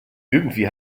irgendwie